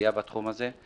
לסייע בתחום הזה.